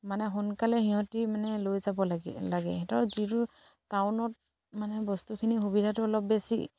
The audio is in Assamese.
মানে সোনকালে সিহঁতি মানে লৈ যাব লাগে লাগে সিহঁতৰ যিটো টাউনত মানে বস্তুখিনি সুবিধাটো অলপ বেছি